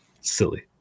silly